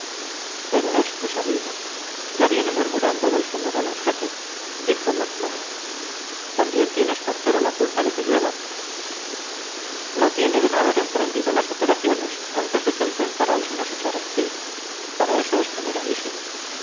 pero este sabino ya viene murmurando del general en jefe dijo mac mahon también tiene espartero la culpa de que llueva la tiene de no haber emprendido las operaciones antes de que el temporal se nos echara encima para eso es generalísimo